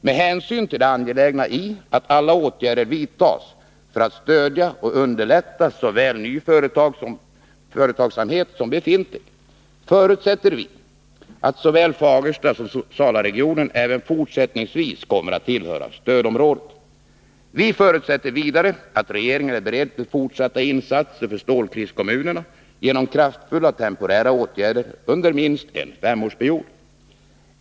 Med hänsyn till det angelägna i att alla åtgärder vidtas för att stödja och underlätta både ny företagsamhet och befintlig förutsätter vi att såväl Fagerstasom Salaregionen även fortsättningsvis kommer att tillhöra stödområdet. Vi förutsätter vidare att regeringen är beredd till fortsatta insatser för stålkriskommunerna genom kraftfulla temporära åtgärder under minst en femårsperiod.